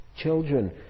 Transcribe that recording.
Children